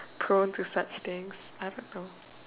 prone to such things I don't know